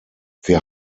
wir